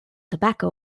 tobacco